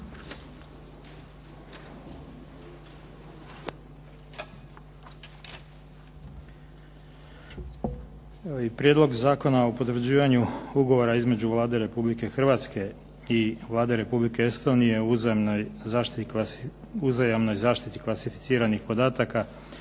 Prijedlog zakona o potvrđivanju ugovora između Vlade Republike Hrvatske i Vlade republike Estonije o uzajamnoj zaštiti klasificiranih podataka,